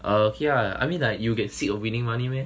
err okay ah I mean like you'll get sick of winning money meh